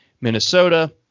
Minnesota